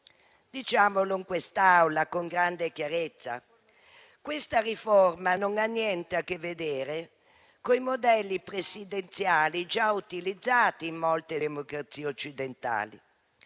Diciamo in quest'Aula con grande chiarezza che questa riforma non ha niente a che vedere con i modelli presidenziali già utilizzati in molte democrazie occidentali.